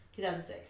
2006